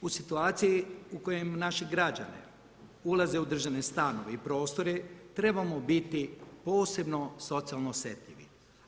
U situaciji u kojoj naši građani ulaze u državne stanove i prostore, trebamo biti posebno socijalno osjetljivi.